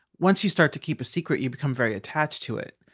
once you start to keep a secret, you become very attached to it.